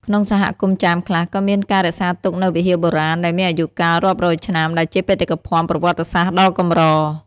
ក្នុងសហគមន៍ចាមខ្លះ ក៏មានការរក្សាទុកនូវវិហារបុរាណដែលមានអាយុកាលរាប់រយឆ្នាំ ដែលជាបេតិកភណ្ឌប្រវត្តិសាស្ត្រដ៏កម្រ។